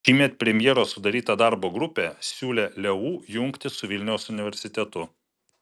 šįmet premjero sudaryta darbo grupė siūlė leu jungtis su vilniaus universitetu